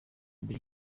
mbere